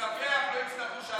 כשנספח לא יצטרכו שעת חירום.